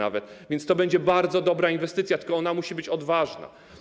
A więc to będzie bardzo dobra inwestycja, tylko ona musi być odważna.